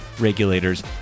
regulators